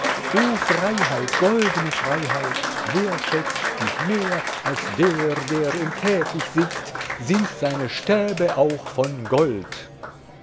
freiheit goldne freiheit wer schätzt dich mehr als der der im käfig sitzt sind seine stäbe auch von gold